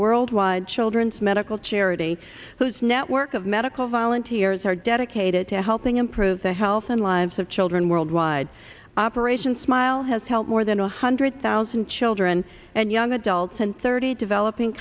worldwide children's medical charity whose network of medical volunteers are dedicated to helping improve the health and lives of children worldwide operation smile has helped more than two hundred thousand children and young adults and thirty developing